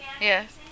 yes